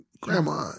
grandma